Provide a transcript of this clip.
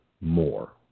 more